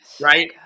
Right